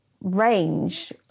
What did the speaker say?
range